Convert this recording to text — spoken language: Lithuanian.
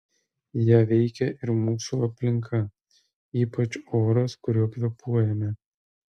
ją veikia ir mūsų aplinka ypač oras kuriuo kvėpuojame